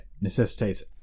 necessitates